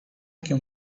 can